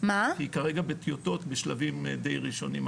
היא כרגע בטיוטות בשלבים די ראשונים,